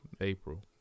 April